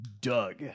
Doug